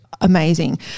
amazing